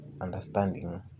understanding